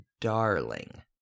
darling